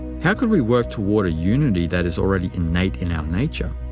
how could we work toward a unity that is already innate in our nature?